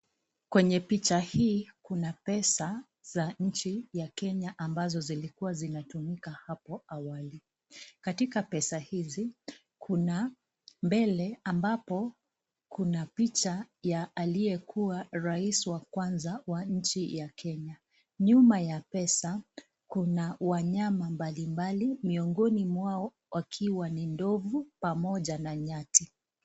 Kwenye picha hii kuna pesa za nchi ya Kenya ambazo zilikuwa zinatumika hapo awali. Katika pesa hizi kuna mbele ambapo, kuna picha ya aliyekuwa Rais wa kwanza wa nchi ya Kenya. Nyuma ya pesa kuna wanyama mbalimbali miongoni mwao wakiwa ni ndovu pamoja na nyati.